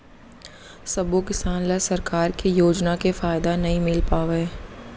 सबो किसान ल सरकार के योजना के फायदा नइ मिल पावय